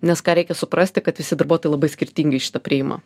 nes ką reikia suprasti kad visi darbuotojai labai skirtingai šitą priima